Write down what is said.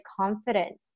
confidence